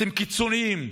אתם קיצוניים,